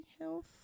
health